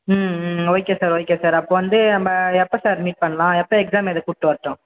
ம் ம் okay sir okay sir அப்போ வந்து நம்ப எப்போ சார் மீட் பண்ணலாம் எப்போ எக்ஸாம் எழுத கூப்பிட்டு வரட்டும்